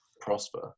prosper